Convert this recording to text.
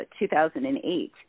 2008